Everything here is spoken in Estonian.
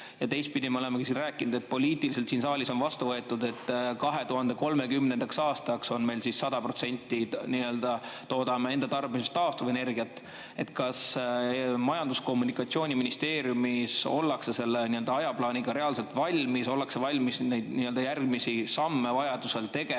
ja me oleme siin rääkinud, poliitiliselt on siin saalis vastu võetud, et 2030. aastaks me 100% toodame enda tarbeks taastuvenergiat. Kas Majandus- ja Kommunikatsiooniministeeriumis ollakse selle ajaplaaniga reaalselt valmis, ollakse valmis neid järgmisi samme vajadusel tegema?